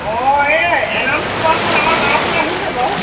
অ এই এনাউন্স কৰাখন আমাৰ গাঁৱৰফালে আহিছে বাৰু